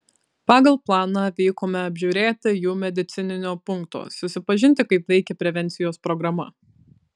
pagal planą vykome apžiūrėti jų medicininio punkto susipažinti kaip veikia prevencijos programa